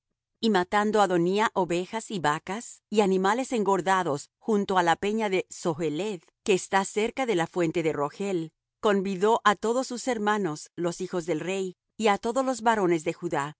y matando adonía ovejas y vacas y animales engordados junto á la peña de zoheleth que está cerca de la fuente de rogel convidó á todos sus hermanos los hijos del rey y á todos los varones de judá